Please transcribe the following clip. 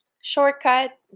shortcut